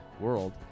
world